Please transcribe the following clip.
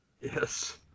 Yes